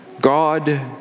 God